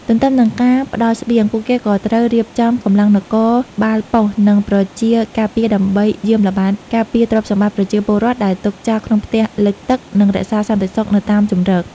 ទន្ទឹមនឹងការផ្ដល់ស្បៀង ពួកគេក៏ត្រូវរៀបចំកម្លាំងនគរបាលប៉ុស្តិ៍ និងប្រជាការពារដើម្បីយាមល្បាតការពារទ្រព្យសម្បត្តិប្រជាពលរដ្ឋដែលទុកចោលក្នុងផ្ទះលិចទឹក និងរក្សាសន្តិសុខនៅតាមជម្រក។